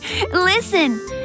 listen